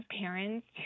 parents